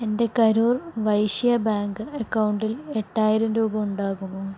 എൻ്റെ കരൂർ വൈശ്യാ ബാങ്ക് അക്കൗണ്ടിൽ എട്ടായിരം രൂപ ഉണ്ടാകുമോ